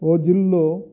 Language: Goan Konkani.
हो जिल्लो